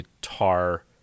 guitar